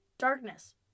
Darkness